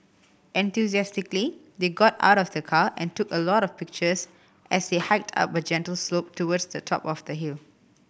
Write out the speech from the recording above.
enthusiastically they got out of the car and took a lot of pictures as they hiked up a gentle slope towards the top of the hill